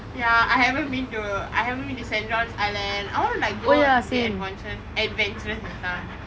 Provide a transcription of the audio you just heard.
ya I haven't been to I haven't been to saint john's island I wanna like go be adventurous adventurous and stuff